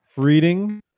reading